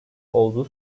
olduğu